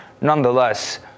nonetheless